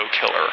killer